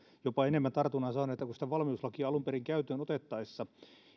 jopa enemmän tartunnan saaneita kuin sitä valmiuslakia alun perin käyttöön otettaessa